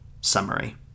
Summary